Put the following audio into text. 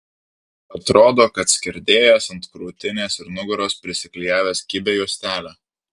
atrodo kad skerdėjas ant krūtinės ir nugaros prisiklijavęs kibią juostelę